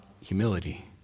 humility